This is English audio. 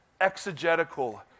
exegetical